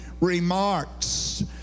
remarks